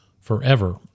forever